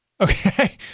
Okay